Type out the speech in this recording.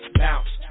bounce